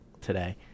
today